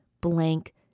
blank